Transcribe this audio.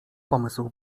pomysł